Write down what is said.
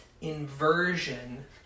inversion